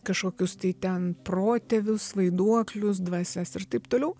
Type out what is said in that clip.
kažkokius tai ten protėvius vaiduoklius dvasias ir taip toliau